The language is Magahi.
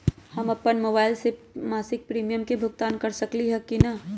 हम अपन मोबाइल से मासिक प्रीमियम के भुगतान कर सकली ह की न?